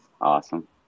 Awesome